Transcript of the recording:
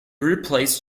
replaced